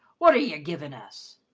what're yer givin' us?